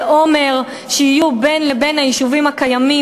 עומר שיהיו בין לבין היישובים הקיימים,